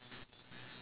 yes